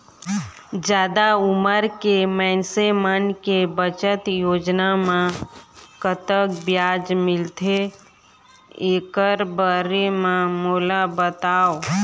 जादा उमर के मइनसे मन के बचत योजना म कतक ब्याज मिलथे एकर बारे म मोला बताव?